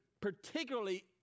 particularly